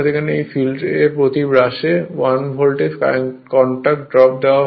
এখন এই ফিল্ডে প্রতি ব্রাশে 1 ভোল্টে কন্টাক্ট ড্রপ দেওয়া হয়